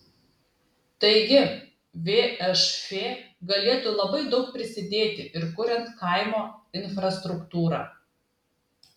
taigi vžf galėtų labai daug prisidėti ir kuriant kaimo infrastruktūrą